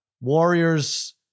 Warriors